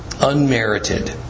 unmerited